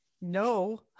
no